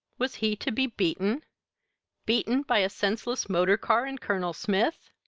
was he to be beaten beaten by a senseless motor car and colonel smith?